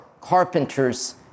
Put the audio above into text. carpenter's